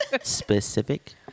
Specific